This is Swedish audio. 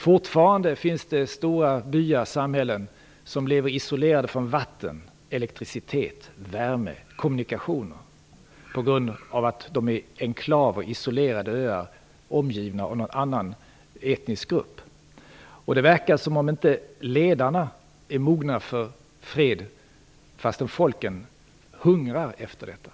Fortfarande finns det stora byar och samhällen som lever isolerade från vatten, elektricitet, värme och kommunikationer på grund av att de är enklaver, isolerade öar, omgivna av en annan etnisk grupp. Det verkar som om inte ledarna är mogna för fred, fastän folken hungrar efter detta.